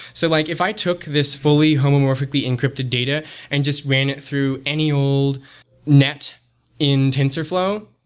so like if i took this fully homomorphically encrypted data and just ran it through any old net in tensorflow,